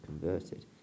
converted